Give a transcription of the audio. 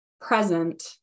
present